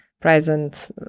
present